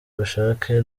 ubushake